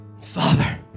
Father